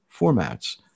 formats